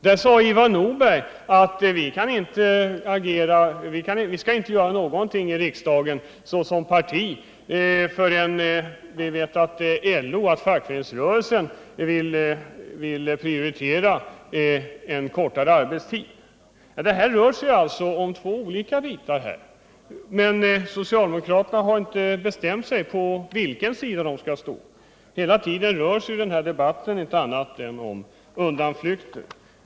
Där sade Ivar Nordberg: Vi skall inte göra någonting i riksdagen såsom parti förrän vi vet att fackföreningsrörelsen vill prioritera en kortare arbetstid. Här rör det sig alltså om två liknande frågor, men socialdemokraterna har inte bestämt sig för på vilket ben de skall stå. I den här debatten kommer man bara med undanflykter.